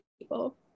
people